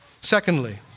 Secondly